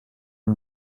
ihm